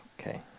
Okay